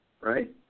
right